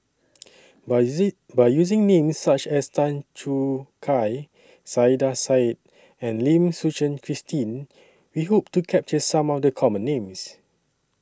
By By using Names such as Tan Choo Kai Saiedah Said and Lim Suchen Christine We Hope to capture Some of The Common Names